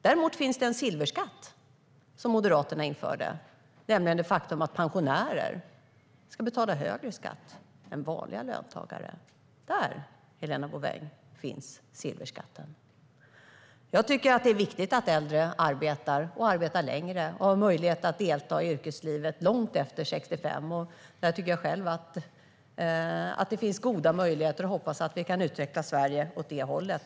Det finns en silverskatt, och den infördes av Moderaterna och innebär att pensionärer ska betala högre skatt än vanliga löntagare. Det, Helena Bouveng, är silverskatten. Det är viktigt att äldre kan arbeta längre och få möjlighet att delta i yrkeslivet långt efter 65. Jag tycker att det finns goda möjligheter för det och hoppas att vi kan utveckla Sverige åt det hållet.